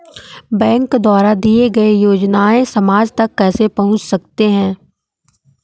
Bank द्वारा दिए गए योजनाएँ समाज तक कैसे पहुँच सकते हैं?